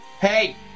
Hey